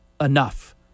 enough